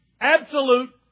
absolute